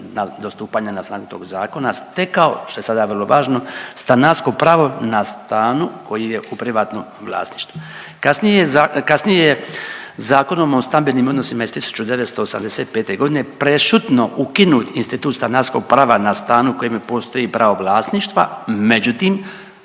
do stupanja na snagu tog zakona stekao, što je sada vrlo važno, stanarsko pravo na stanu koji je u privatnom vlasništvu. Kasnije je za…, kasnije je Zakonom o stambenim odnosima iz 1985.g. prešutno ukinut institut stanarskog prava na stanu na kojem postoji pravo vlasništva, međutim